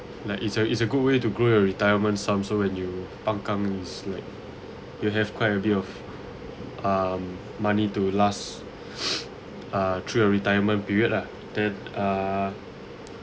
like it's a it's a good way to grow your retirement sum so when you pang kang is like you have quite a bit of um money to last uh through your retirement period lah then uh